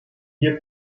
hier